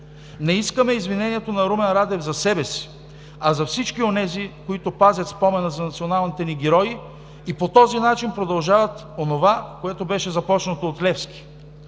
Не искаме извинението на Румен Радев за себе си, а за всички онези, които пазят спомена за националните ни герои, и по този начин продължават онова, което беше започнато от Левски.